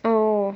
oh